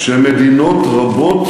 שמדינות רבות,